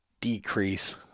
decrease